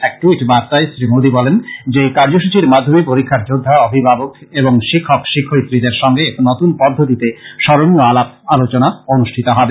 এক ট্যইট বার্তায় শ্রী মোদী বলেন যে এই কার্যসূচীর মাধ্যমে পরীক্ষার যোদ্ধা অভিভাবক এবং শিক্ষক শিক্ষয়িত্রীদের সঙ্গে এক নতুন পদ্ধতিতে স্মরণীয় আলাপ আলোচনা অনুষ্ঠিত হবে